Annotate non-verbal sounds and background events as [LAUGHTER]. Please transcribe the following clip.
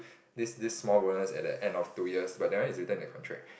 this this small bonus at the end of two years but that one is written in the contract [BREATH]